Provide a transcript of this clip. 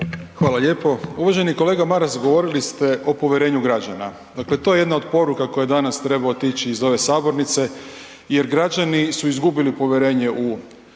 Hvala lijepo. Uvaženi kolega Maras govorili ste o povjerenju građana, dakle to je jedna od poruka koja danas treba otići iz ove sabornice jer građani su izgubili povjerenje u